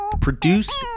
Produced